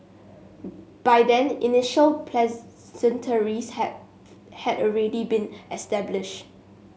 by then initial pleasantries had had already been established